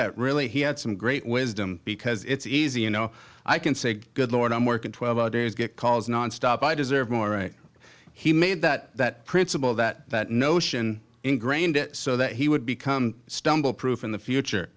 that really he had some great wisdom because it's easy and i can say good lord i'm working twelve hour days get calls nonstop i deserve more he made that principle that that notion ingrained it so that he would become stumble proof in the future